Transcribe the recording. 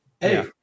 hey